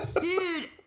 Dude